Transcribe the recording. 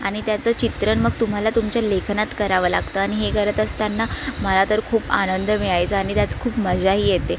आणि त्याचं चित्रण मग तुम्हाला तुमच्या लेखनात करावं लागतं आणि हे करत असताना मला तर खूप आनंद मिळायचा आणि त्यात खूप मजाही येते